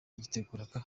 yiteguraga